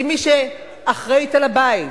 כמי שאחראית לבית.